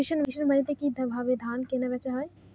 কৃষান মান্ডিতে কি ভাবে ধান কেনাবেচা হয়?